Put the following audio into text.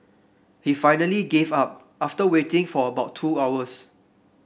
he finally gave up after waiting for about two hours